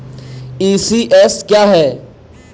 ECS क्या है?